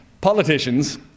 Politicians